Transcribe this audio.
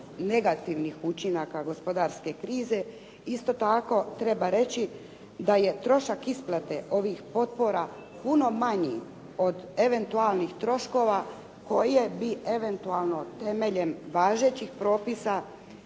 negativnih učinaka gospodarske krize. Isto tako treba reći da je trošak isplate ovih potpora puno manji od eventualnih troškova koje bi eventualno temeljem važećih propisa